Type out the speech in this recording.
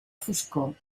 foscor